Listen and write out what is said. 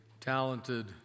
talented